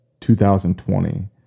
2020